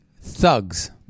thugs